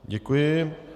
Děkuji.